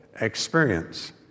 experience